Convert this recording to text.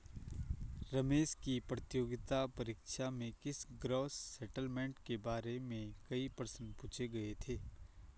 रमेश की प्रतियोगिता परीक्षा में इस ग्रॉस सेटलमेंट के बारे में कई प्रश्न पूछे गए थे